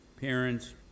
parents